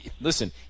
listen